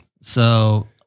So-